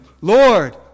Lord